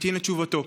נמתין לתשובתו.